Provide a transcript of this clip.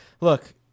look